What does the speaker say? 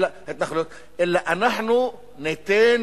אלא אנחנו ניתן